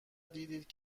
دیدید